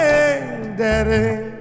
Daddy